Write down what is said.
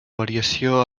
variació